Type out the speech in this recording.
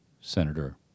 Senator